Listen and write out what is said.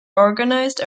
organised